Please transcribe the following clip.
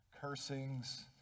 cursings